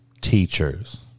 Teachers